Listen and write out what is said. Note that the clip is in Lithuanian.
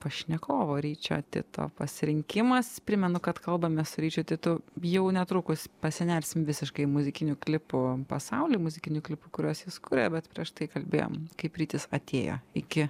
pašnekovo ryčio tito pasirinkimas primenu kad kalbamės su ryčiu titu jau netrukus pasinersim visiškai į muzikinių klipų pasaulį muzikinių klipų kuriuos jis kuria bet prieš tai kalbėjom kaip rytis atėjo iki